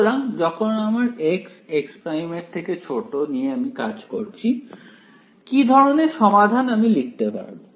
সুতরাং যখন আমি x x' নিয়ে কাজ করি কি ধরনের সমাধান আমি লিখতে পারবো